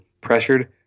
pressured